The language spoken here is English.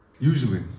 Usually